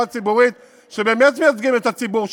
ציבורית שבאמת מייצגים את הציבור שלהם.